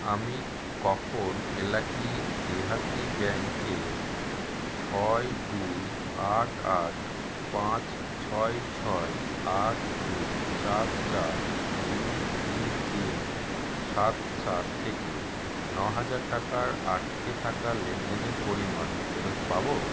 আমি কখন এলাকাই দেহাতি ব্যাঙ্কে ছয় দুই আট আট পাঁচ ছয় ছয় আট দুই চার চার দুই তিন তিন সাত সাত থেকে নহাজার টাকার আটকে থাকা লেনদেনের পরিমাণ ফেরত পাব